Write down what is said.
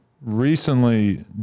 recently